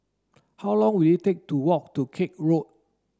how long will it take to walk to Koek Road